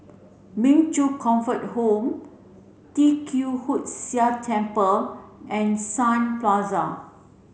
Min Chong Comfort Home Tee Kwee Hood Sia Temple and Sun Plaza